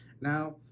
Now